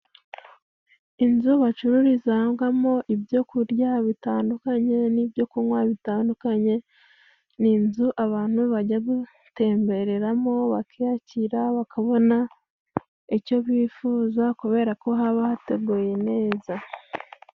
Inzu bacururizagamo ibyo kurya bitandukanye n'ibyokunywa bitandukanye. Ni inzu abantu bajya gutembereramo bakiyakira, bakabona icyo bifuza kubera ko haba hateguye neza.